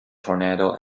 tornado